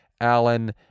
Allen